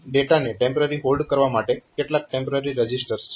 અહીં ડેટાને temporary hold કરવા માટે કેટલાક ટેમ્પરરી રજીસ્ટર્સ છે